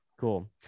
Cool